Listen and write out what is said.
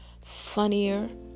funnier